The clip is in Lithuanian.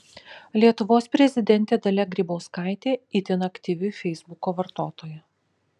lietuvos prezidentė dalia grybauskaitė itin aktyvi feisbuko vartotoja